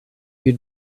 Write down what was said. you